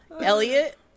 Elliot